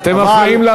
תמיד הם מפילים הכול על